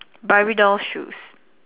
barbie dolls shoes